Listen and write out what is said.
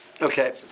Okay